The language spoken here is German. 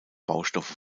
baustoffe